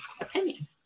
opinion